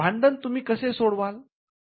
भांडण तुम्ही कसे सोडवला